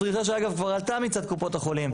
זו דרישה שאגב כבר עלתה מצד קופות החולים,